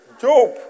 Job